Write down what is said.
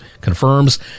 confirms